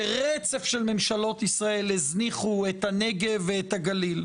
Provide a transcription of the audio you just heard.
שרצף של ממשלות ישראל הזניחו את הנגב ואת הגליל.